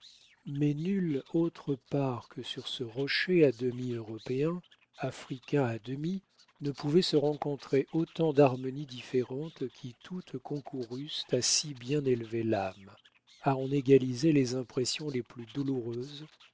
mais nulle autre part que sur ce rocher à demi européen africain à demi ne pouvaient se rencontrer autant d'harmonies différentes qui toutes concourussent à si bien élever l'âme à en égaliser les impressions les plus douloureuses